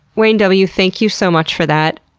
wayne w, thank you so much for that.